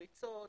פריצות,